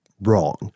wrong